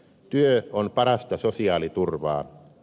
työ on parasta sosiaaliturvaa